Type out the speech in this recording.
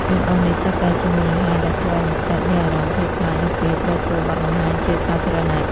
ទាំងអស់នេះសុទ្ធតែជាមូលហេតុដែលធ្វើឱ្យនិស្សិតមានអារម្មណ៍ភ័យខ្លាចនៅពេលត្រូវធ្វើបទបង្ហាញជាសាធារណៈ។